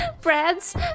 Brad's